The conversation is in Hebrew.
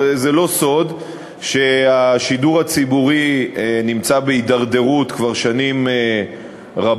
הרי זה לא סוד שהשידור הציבורי נמצא בהידרדרות כבר שנים רבות.